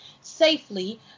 safely